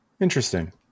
Interesting